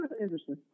interesting